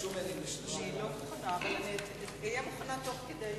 לא מוכנה, אבל אני אהיה מוכנה תוך כדי